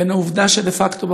לבין העובדה שדה-פקטו,